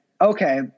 okay